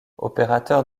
opérateur